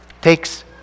takes